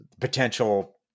potential